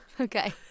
Okay